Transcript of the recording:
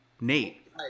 Nate